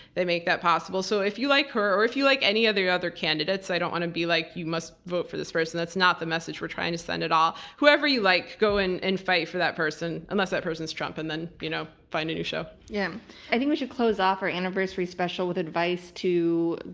they make that possible. so if you like her or if you like any other other candidates, i don't want to be like you must vote for this person, that's not the message we're trying to send at all. whoever you like. go and and fight for that person, unless that person is trump, and then you know, find a new show. yeah i think we should close off our anniversary special with advice to